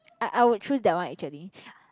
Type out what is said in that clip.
I I would choose that one actually